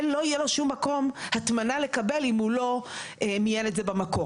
לא יהיה שום מקום הטמנה שיקבל פסולת אם היא לא מוינה במקור.